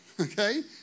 Okay